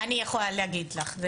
אני יכולה להגיד לך.